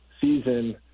season